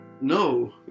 no